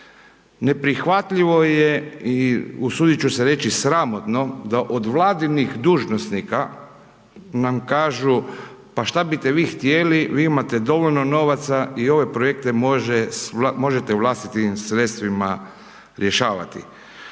Neprihvatljivo je i usuditi ću se reći sramotno, da od vladinih dužnosnika, nam kažu, pa šta biste vi htjeli, vi imate dovoljno novaca i ove projekte možete vlastitim sredstvima rješavati.